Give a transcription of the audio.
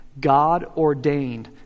God-ordained